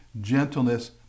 gentleness